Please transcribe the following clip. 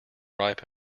ripe